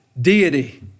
deity